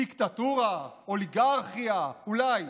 דיקטטורה, אוליגרכיה, אולי.